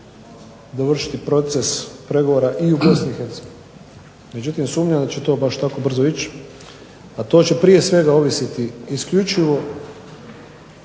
dovršiti proces pregovora i u BiH. Međutim, sumnjam da će to tako brzo ići, međutim, to će prije svega ovisiti isključivo